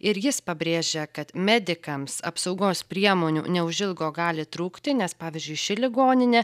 ir jis pabrėžia kad medikams apsaugos priemonių neužilgo gali trūkti nes pavyzdžiui ši ligoninė